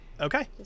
Okay